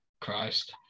Christ